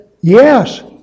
Yes